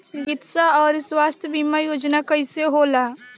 चिकित्सा आऊर स्वास्थ्य बीमा योजना कैसे होला?